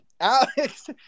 Alex